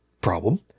problem